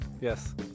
Yes